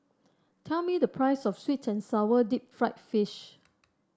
tell me the price of sweet and sour Deep Fried Fish